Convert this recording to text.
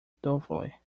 thoughtfully